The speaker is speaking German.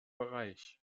bereich